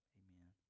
amen